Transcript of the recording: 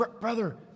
brother